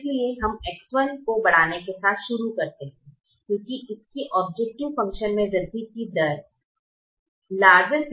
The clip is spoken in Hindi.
इसलिए हम X 1 को बढ़ाने के साथ शुरू करते हैं क्योंकि इसकी ऑब्जेक्टिव फंक्शन में वृद्धि की बड़ी दर है